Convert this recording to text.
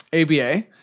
ABA